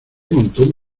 montón